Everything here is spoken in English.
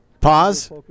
Pause